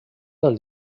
del